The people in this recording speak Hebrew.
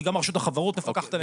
כי גם רשות החברות מפקחת עליהם.